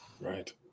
Right